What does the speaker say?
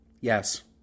yes